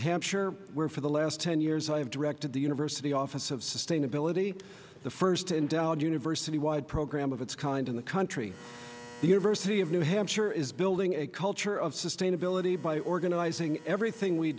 hampshire where for the last ten years i have directed the university office of sustainability the first endowed university wide program of its kind in the country the university of new hampshire is building a culture of sustainability by organizing everything we